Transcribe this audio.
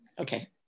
Okay